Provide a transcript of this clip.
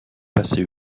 passé